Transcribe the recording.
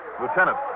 Lieutenant